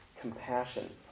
compassion